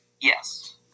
Yes